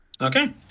Okay